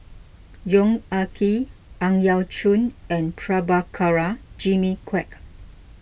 Yong Ah Kee Ang Yau Choon and Prabhakara Jimmy Quek